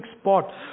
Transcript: spot